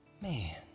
man